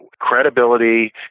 credibility